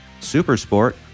Supersport